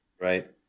Right